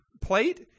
plate